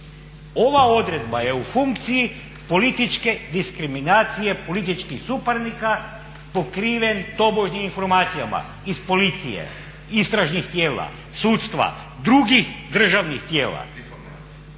Ova odredba je u funkciji političke diskriminacije, političkih suparnika pokriven tobožnjim informacijama iz policije, istražnih tijela, sudstva, drugih državnih tijela.